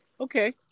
Okay